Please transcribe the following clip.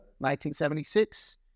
1976